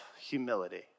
humility